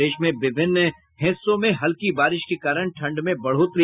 प्रदेश में विभिन्न हिस्सों में हल्की बारिश के कारण ठंड में बढ़ोतरी